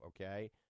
okay